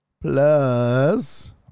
Plus